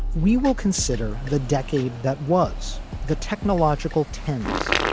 we will consider the decade that was the technological ten s,